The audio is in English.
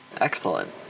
Excellent